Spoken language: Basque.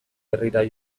herrira